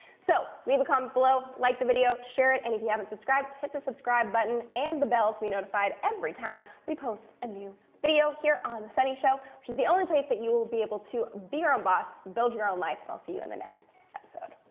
so, leave a comment below. like the video. share it, and if you haven't subscribed, hit the subscribe button and the bell to be notified every time we post a new video here on the sunny show, which is the only place that you will be able to be your own boss, build your own life, and i'll see you in the next episode.